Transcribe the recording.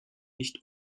nicht